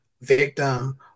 victim